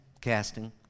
casting